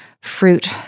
fruit